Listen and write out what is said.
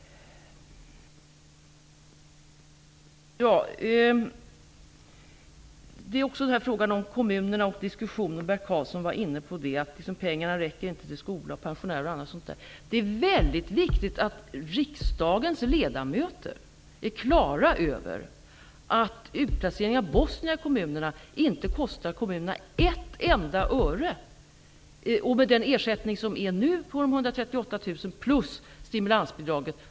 Bert Karlsson sade att kommunernas pengar inte räcker till skola, pensionärer och annat. Det är mycket viktigt att riksdagens ledamöter är på det klara med att utplaceringen av bosnierna i kommunerna inte kostar kommunerna ett enda öre. Med den ersättning som de nu erhåller får de 138 000 kr plus stimulansbidraget.